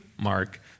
Mark